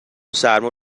سرما